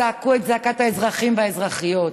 זעקו את זעקת האזרחים והאזרחיות.